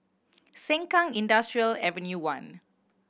Sengkang Industrial Avenue One